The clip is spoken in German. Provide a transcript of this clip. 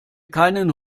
keinen